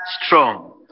strong